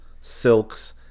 silks